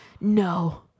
no